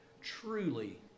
Truly